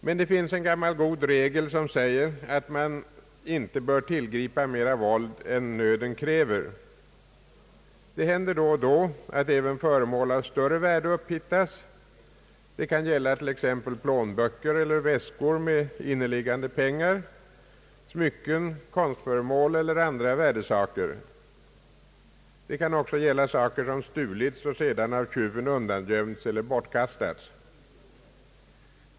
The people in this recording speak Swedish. Men det finns en gammal god regel som säger att man inte bör tillgripa mera våld än nöden kräver. Det händer då och då att även föremål av större värde upphittas. Det kan gälla t.ex. plånböcker eller väskor med inneliggande pengar, smycken, konstföremål eller andra värdesaker. Det kan också gälla saker som stulits och sedan av tjuven undangömts eller bortkastats.